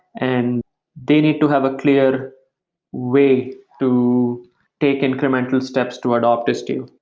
and they need to have a clear way to take incremental steps to adopt istio.